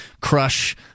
crush